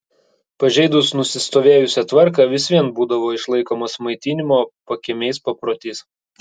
pažeidus nusistovėjusią tvarką vis vien būdavo išlaikomas maitinimo pakiemiais paprotys